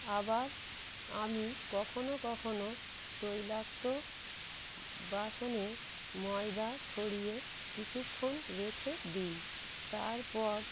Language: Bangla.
আবার আমি কখনো কখনো তৈলাক্ত বাসনে ময়দা ছড়িয়ে কিছুক্ষণ রেখে দিই তারপর